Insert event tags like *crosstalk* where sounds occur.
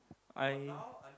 I *noise*